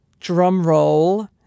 Drumroll